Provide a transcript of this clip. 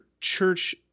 church